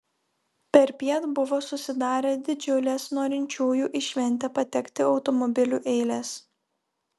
perpiet buvo susidarę didžiulės norinčiųjų į šventę patekti automobiliu eilės